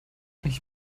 ich